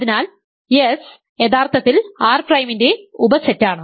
അതിനാൽ S യഥാർത്ഥത്തിൽ R പ്രൈമിന്റെ ഉപസെറ്റാണ്